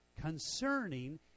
Concerning